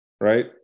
right